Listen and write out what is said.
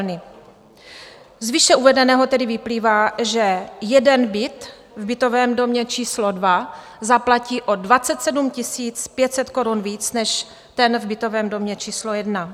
Z výše uvedeného tedy vyplývá, že jeden byt v bytovém domě číslo dva zaplatí o 27 500 korun víc než ten v bytovém domě číslo jedna.